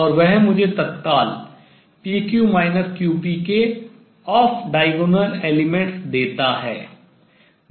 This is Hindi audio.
और वह मुझे तत्काल pq qp के off diagonal elements देता है